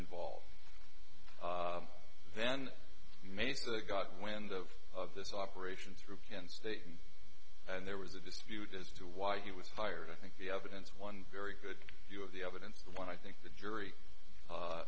involved then mesa got wind of of this operation through kent state and there was a dispute as to why he was fired i think the evidence one very good view of the evidence the one i think the jury